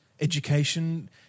education